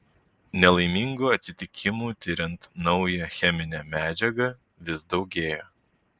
nelaimingų atsitikimų tiriant naują cheminę medžiagą vis daugėjo